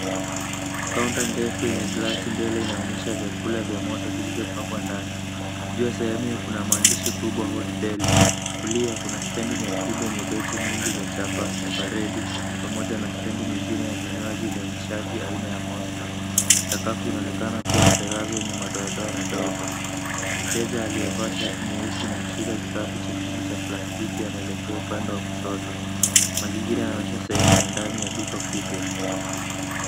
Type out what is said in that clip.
Kaunta ndefu yenye glasi mbele inaonyesha vyakula vya moto vilivyopangwa ndani. Iyo sehemu kuna maandishi kubwa hot deals . Kulia kuna stendi nyekundu yenye battery nyingi za chapa , everready pamoja na stendi nyingine ya vinywaji vya nishati aina ya monster . Sakafu inaonekana kuwa ya tarazo yenye madoadoa madogo. Mteja aliyevaa shati nyeusi na kushika kikapu chekundu cha plastiki anaelekea upande wa kushoto. Mazingira yanaonyesha sehemu ya ndani ya duka kubwa.